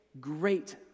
Great